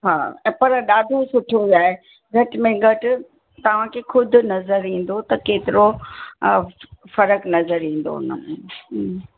हा ऐं पर ॾाढो सुठो आहे घट में घटि तव्हांखे ख़ुदि नज़र ईंदो त केतिरो फ़रकु नजर ईंदो उनमें